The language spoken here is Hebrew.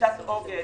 קבוצת עוגן